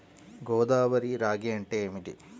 గోదావరి రాగి అంటే ఏమిటి?